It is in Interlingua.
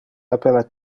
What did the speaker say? appella